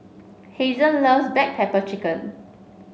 Hazen loves Black Pepper Chicken